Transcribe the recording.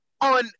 on